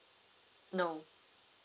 no